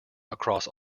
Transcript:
across